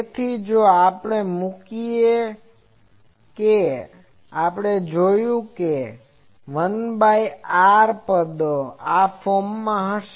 તેથી જો આપણે મૂકીએ કે આપણે જોશું કે 1 બાય r પદો આ ફોર્મ માં હશે